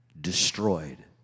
destroyed